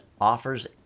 offers